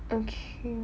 okay